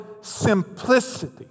simplicity